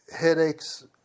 headaches